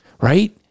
right